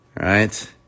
right